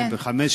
כן.